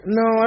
no